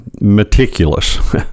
meticulous